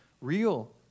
real